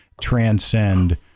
transcend